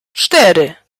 cztery